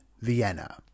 Vienna